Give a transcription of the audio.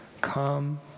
Come